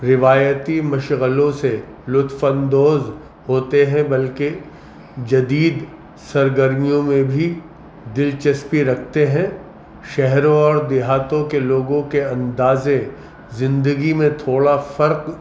روایتی مشغلوں سے لطف اندوز ہوتے ہیں بلکہ جدید سرگرمیوں میں بھی دلچسپی رکھتے ہیں شہروں اور دیہاتوں کے لوگوں کے اندازِ زندگی میں تھوڑا فرق